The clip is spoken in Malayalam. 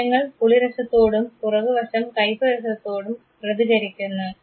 വശങ്ങൾ പുളിരസത്തോടും പുറകുവശം കയ്യ്പ്പുരസത്തോടും പ്രതികരിക്കുന്നു